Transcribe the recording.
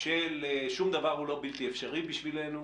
של שום דבר הוא לא בלתי אפשרי בשבילנו,